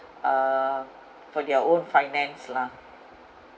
uh for their own finance lah